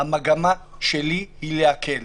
המגמה שלי היא הקלה.